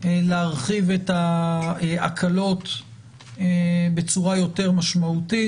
להרחיב את ההקלות בצורה יותר משמעותית,